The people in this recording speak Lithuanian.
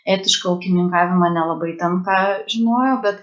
etišką ūkininkavimą nelabai ten ką žinojo bet